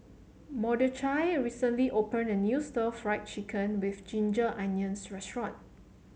Mordechai recently opened a new Stir Fried Chicken with Ginger Onions restaurant